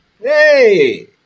Hey